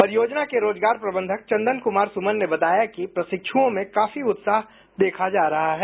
परियोजना के रोजगार प्रबंधक चंदन कुमार सुमन ने बताया कि प्रशिक्षुओं में काफी उत्साह देखा जा रहा है